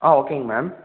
ஆ ஓகேங்க மேம்